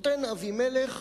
אבימלך